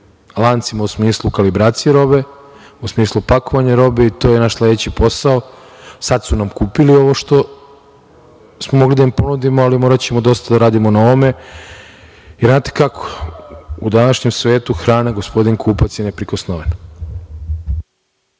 lancima, u smislu kalibracije robe, u smislu pakovanja robe, i to je naš sledeći posao. Sad su nam kupili ovo što smo mogli da im ponudimo, ali moraćemo dosta da radimo na ovome. Znate kako, u današnjem svetu hrane gospodin kupac je neprikosnoven.